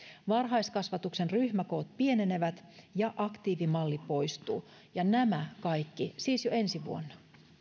varhaiskasvatuksen ryhmäkoot pienenevät ja aktiivimalli poistuu ja nämä kaikki siis jo ensi vuonna